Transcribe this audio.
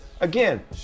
Again